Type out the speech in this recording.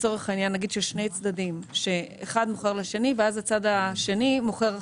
נגיד של שני צדדים שהאחד מוכר לשני ואז הצד השני מוכר החוצה,